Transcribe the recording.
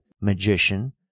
magician